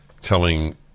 telling